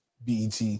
BET